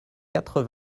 quatre